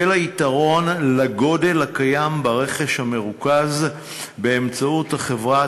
בשל יתרון הגודל הקיים ברכש המרוכז באמצעות החברה,